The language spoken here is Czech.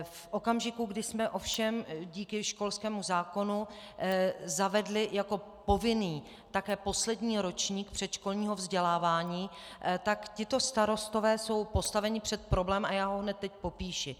V okamžiku, kdy jsme ovšem díky školskému zákonu zavedli jako povinný také poslední ročník předškolního vzdělávání, jsou tito starostové postaveni před problém a já ho hned teď popíši.